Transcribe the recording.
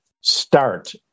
start